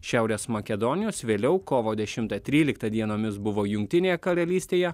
šiaurės makedonijos vėliau kovo dešimtą tryliktą dienomis buvo jungtinėje karalystėje